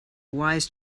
wise